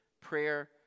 prayer